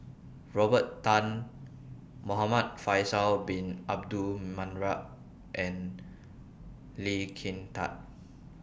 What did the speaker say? Robert Tan Muhamad Faisal Bin Abdul Manap and Lee Kin Tat